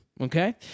Okay